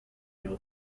know